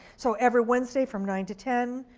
so every wednesday from nine to ten,